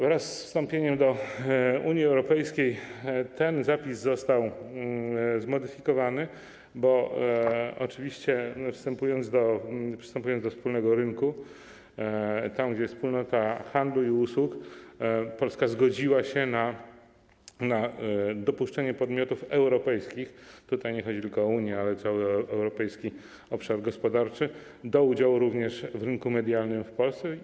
Wraz z wstąpieniem do Unii Europejskiej ten zapis został zmodyfikowany, bo oczywiście, przystępując do wspólnego rynku, tam, gdzie jest wspólnota handlu i usług, Polska zgodziła się na dopuszczenie podmiotów europejskich - tutaj nie chodzi tylko o Unię, ale o cały Europejski Obszar Gospodarczy - do udziału również w rynku medialnym w Polsce.